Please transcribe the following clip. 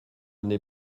n’ai